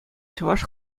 чӑваш